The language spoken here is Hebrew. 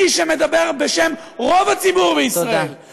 אני, שמדבר בשם רוב הציבור בישראל, תודה.